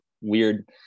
weird